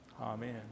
Amen